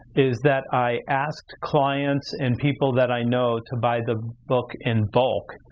is that i asked clients and people that i know to buy the book in bulk,